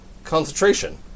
Concentration